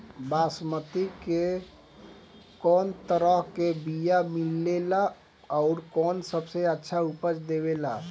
बासमती के कै तरह के बीया मिलेला आउर कौन सबसे अच्छा उपज देवेला?